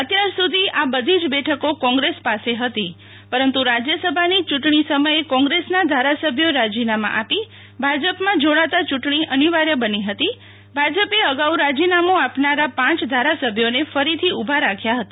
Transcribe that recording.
અત્યાર સુધી આ બધી જ બેઠકો કોંગ્રેસ પાસે હતી પરંતુ રાજય સભાની ચુંટણી સમયે કોંગ્રેસના ધારસભ્યો રાજીનામા આપી ભાજપમાં જોડાતા યુંટણી અનિવાર્ય બની હતી ભાજપે અગાઉ રાજીનામુ આપનારા પાંચ ધારાસભ્યોને ફરીથી ઉભા રાખ્યા હતા